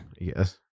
Yes